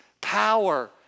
power